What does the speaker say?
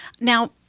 Now